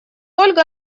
ольга